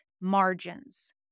margins